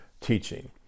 teaching